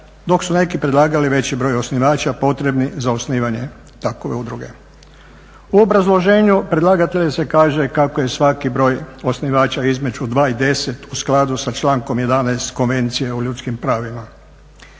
dok su neki predlagali već broj osnivača potrebnih za osnivanje takve udruge. U obrazloženju predlagatelj se kaže kako je svaki broj osnivača između 2 i 10 u skladu sa člankom 11. Konvencije o ljudskim pravima.